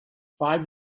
five